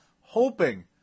hoping